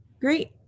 Great